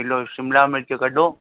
kilo शिमला मिर्च कढो